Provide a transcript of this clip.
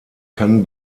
kann